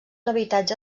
habitatge